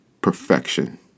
perfection